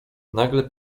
nagle